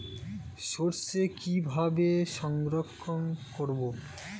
সরষে কিভাবে সংরক্ষণ করব?